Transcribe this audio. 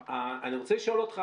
אני רוצה לשאול אותך.